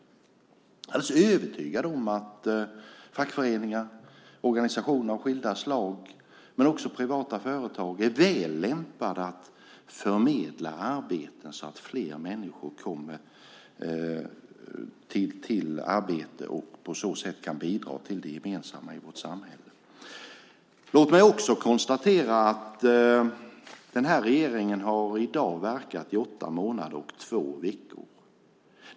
Jag är alldeles övertygad om att fackföreningar, organisationer av skilda slag och också privata företag är väl lämpade att förmedla arbeten så att fler människor kommer i arbete och därmed kan bidra till det gemensamma i vårt samhälle. Låt mig också konstatera att den nuvarande regeringen i dag har verkat i åtta månader och två veckor.